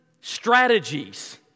strategies